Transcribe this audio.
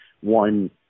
one